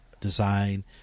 design